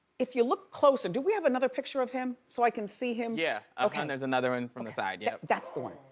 if you look closer, do we have another picture of him, so i can see him? yeah ah and there's another one from the side, yeah. that's the one,